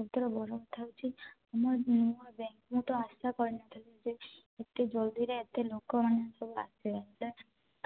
ଯେତେବେଳେ ଥାଉଛି ନୂଆ ବ୍ୟାଙ୍କ୍ ମୁଁ ଆଶା କରି ନ ଥିଲି ଯେ ଏତେ ଜଲ୍ଦିରେ ଏତେ ଲୋକ ମାନେ ସବୁ ଆସିବେ ହେଲେ